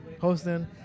hosting